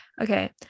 okay